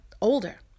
older